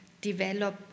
develop